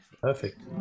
Perfect